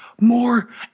more